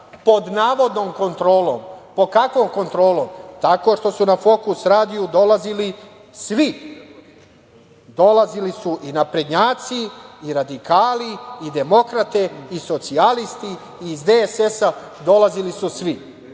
pod navodnom kontrolom. Pod kakvom kontrolom? Tako što su na „Fokus radiju“ dolazili svi, dolazili su i naprednjaci, radikali, demokrate, socijalisti, iz DSS, dolazili su svi.